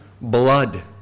blood